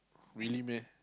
really man